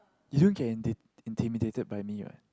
you don't get inti~ intimidated by me what